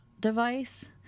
device